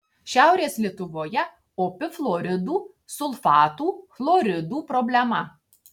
šiaurės lietuvoje opi fluoridų sulfatų chloridų problema